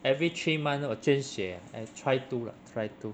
every three months 我捐血 ah I try to lah try to